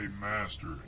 master